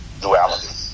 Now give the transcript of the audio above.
duality